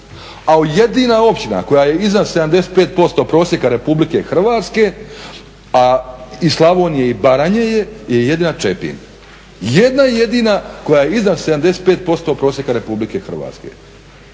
A jedina općina koja je iznad 75% prosjeka Republike Hrvatske a iz Slavonije i Baranje je, je jedina Čepin. Jedna jedina koja je iznad 75% prosjeka Republike Hrvatske.